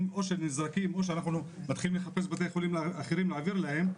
או שהם נזרקים או שאנחנו מתחילים לחפש בתי חולים אחרים להעביר להם,